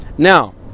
Now